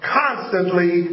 constantly